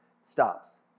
stops